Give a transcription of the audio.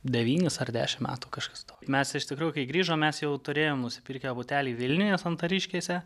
devynis ar dešimt metų kažkas to mes iš tikrųjų kai grįžom mes jau turėjome nusipirkę butelį vilniuje santariškėse